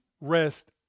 rest